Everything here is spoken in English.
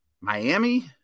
Miami